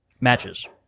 matches